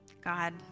God